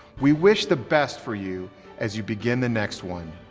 we wish the best for you as you begin the next one,